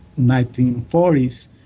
1940s